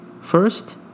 First